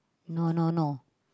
no no no